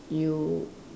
you